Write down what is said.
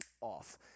off